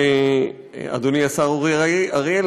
אדוני השר אורי אריאל,